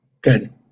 good